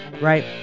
right